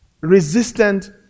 resistant